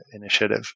initiative